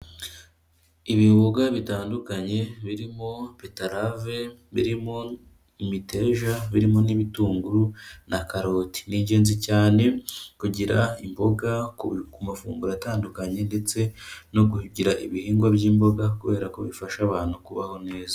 IbibOga bitandukanye birimo beterave, birimon imiteja, birimo n'ibitunguru na karoti. Ni ingenzi cyane kugira imboga ku mafunguro atandukanye ndetse no kugira ibihingwa by'imboga, kubera ko bifasha abantu kubaho neza.